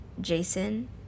jason